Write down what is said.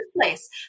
place